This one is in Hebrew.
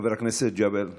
חבר הכנסת ג'אבר עסאקלה,